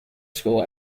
school